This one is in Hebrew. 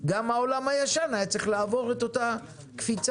גם העולם הישן היה צריך לעבור את אותה קפיצה.